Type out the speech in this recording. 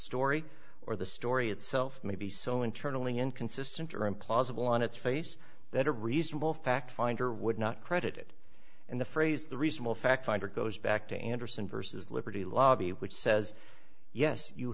story or the story itself may be so internally inconsistent or implausible on its face that a reasonable fact finder would not credit it and the phrase the reasonable fact finder goes back to anderson vs liberty lobby which says yes you